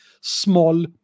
small